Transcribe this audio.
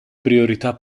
priorità